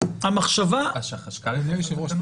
המחשבה --- אדוני היושב-ראש,